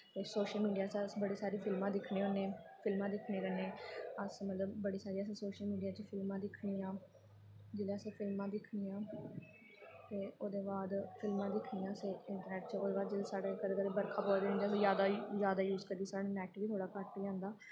social media च अस बड़ी सारी फिल्मां दिक्खने होन्ने फिल्मां दिक्खने कन्नै अस मतलब बड़ी सारी सोशल मीडिया फिल्मां दिक्खनियां जिसलै अस फिल्मां दिक्खनियां ते ओह्दे बाद फिल्मां दिक्खनियां असें इंट्रनैट च ओह्दे बाद जिसलै साढ़े कदें कदें बरखा पवा दी होंदी अस जादा जादा यूज़ करी सकने नैट बी थोह्ड़ा घट्ट होई जंदा